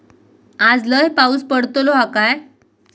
आज लय पाऊस पडतलो हा काय?